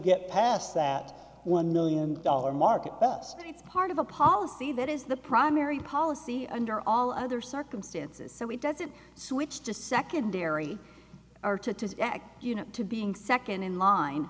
get past that one million dollar market but it's part of a policy that is the primary policy under all other circumstances so it doesn't switch to secondary or to back you know to being second in line